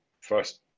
first